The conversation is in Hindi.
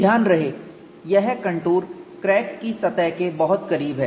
ध्यान रहे यह कंटूर क्रैक की सतह के बहुत करीब है